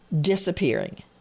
disappearing